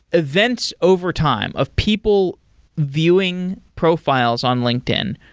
events over time of people viewing profiles on linkedin,